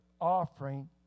offering